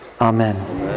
Amen